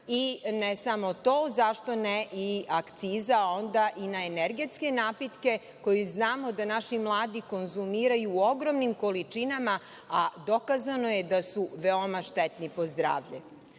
i ne samo to, zašto ne i akciza onda i na energetske napitke koji znamo da naši mladi konzumiraju u ogromnim količinama, a dokazano je da su veoma štetni po zdravlje? Na